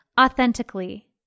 authentically